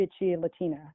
Latina